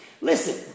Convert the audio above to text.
Listen